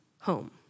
home